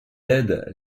aide